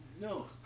No